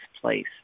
place